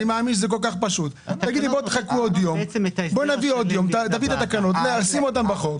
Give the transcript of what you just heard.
לכן תביא את התקנות ונשים אותן בחוק.